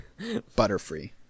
Butterfree